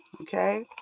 okay